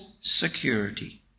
security